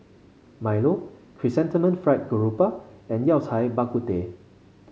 Milo Chrysanthemum Fried Garoupa and Yao Cai Bak Kut Teh